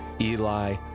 Eli